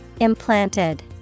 Implanted